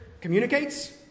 communicates